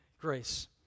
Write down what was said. grace